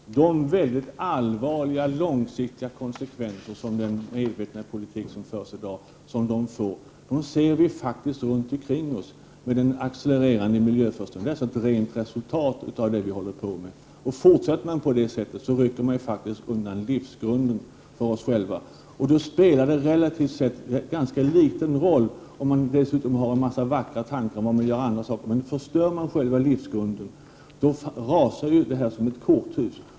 Herr talman! De väldigt allvarliga långsiktiga konsekvenser som den medvetna politik som i dag förs får, dem ser vi faktiskt runt omkring oss. Den accelererande miljöförstöringen är ett resultat av den politiken. Fortsätter vi på det sättet, rycker vi undan livsgrunden för oss själva. Då spelar det relativt sett ganska liten roll, om man dessutom har vackra tankar om att man vill göra andra saker. Förstör man själva livsgrunden, rasar ju allt detta som ett korthus.